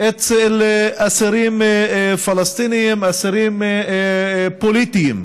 אצל אסירים פלסטינים, אסירים פוליטיים,